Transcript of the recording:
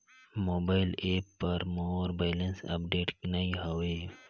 mobile app पर मोर balance update नई हवे